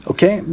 Okay